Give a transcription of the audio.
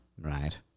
Right